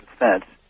Defense